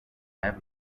have